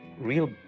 real